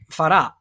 farà